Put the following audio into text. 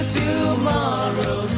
tomorrow